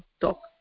talk